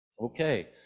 Okay